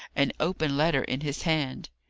an open letter in his hand.